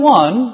one